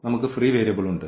നമുക്ക് free variable ഉണ്ട്